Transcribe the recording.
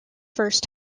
first